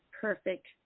Perfect